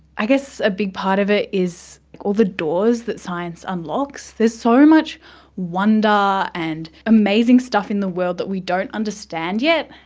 i guess a big part of it is all the doors that science unlocks. there's so much wonder and amazing stuff in the world that we don't understand yet,